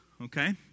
Okay